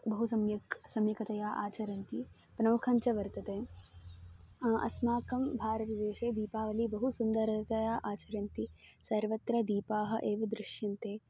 बहु सम्यक् सम्यक्तया आचरन्ति प्रमुखञ्च वर्तते अस्माकं भारतदेशे दीपावली सुन्दरतया आचरन्ति सर्वत्र दीपाः एव दृश्यन्ते